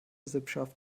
sippschaft